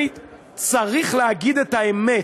צריך להגיד את האמת,